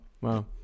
wow